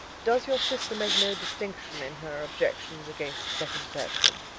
does your sister make no distinction in her objections against a second attachment?